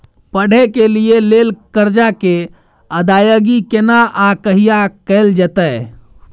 पढै के लिए लेल कर्जा के अदायगी केना आ कहिया कैल जेतै?